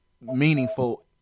Meaningful